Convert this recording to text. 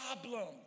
problem